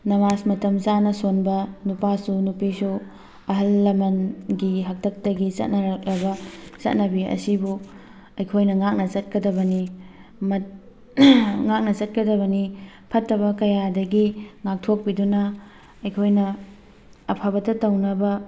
ꯅꯃꯥꯁ ꯃꯇꯝ ꯆꯥꯅ ꯁꯣꯟꯕ ꯅꯨꯄꯥꯁꯨ ꯅꯨꯄꯤꯁꯨ ꯑꯍꯜ ꯂꯃꯟꯒꯤ ꯍꯥꯛꯇꯛꯇꯒꯤ ꯆꯠꯅꯔꯛꯂꯕ ꯆꯠꯅꯕꯤ ꯑꯁꯤꯕꯨ ꯑꯩꯈꯣꯏꯅ ꯉꯥꯛꯅ ꯆꯠꯀꯗꯕꯅꯤ ꯉꯥꯛꯅ ꯆꯠꯀꯗꯕꯅꯤ ꯐꯠꯇꯕ ꯀꯌꯥꯗꯒꯤ ꯉꯥꯛꯊꯣꯛꯄꯤꯗꯨꯅ ꯑꯩꯈꯣꯏꯅ ꯑꯐꯕꯇ ꯇꯧꯅꯕ